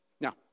Now